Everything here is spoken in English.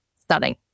Stunning